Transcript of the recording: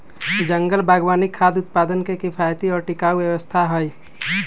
जंगल बागवानी खाद्य उत्पादन के किफायती और टिकाऊ व्यवस्था हई